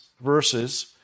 verses